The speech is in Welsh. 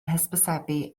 hysbysebu